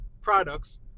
products